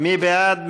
מי בעד?